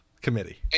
committee